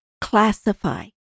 classify